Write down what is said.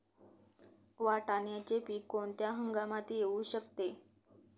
वाटाण्याचे पीक कोणत्या हंगामात येऊ शकते?